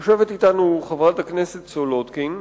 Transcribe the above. יושבת אתנו חברת הכנסת סולודקין,